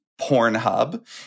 Pornhub